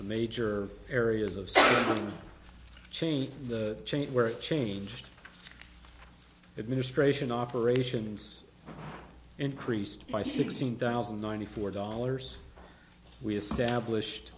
the major areas of change the change where it changed it ministration operations increased by sixteen thousand and ninety four dollars we established